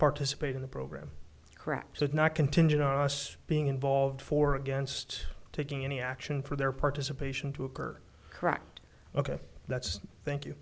participate in the program correct so it's not contingent on us being involved for against taking any action for their participation to occur correct ok that's thank you